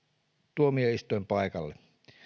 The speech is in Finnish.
tuomioistuinpaikalle